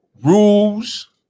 Rules